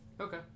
Okay